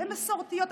הן מסורתיות,